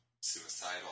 suicidal